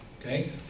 okay